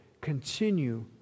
continue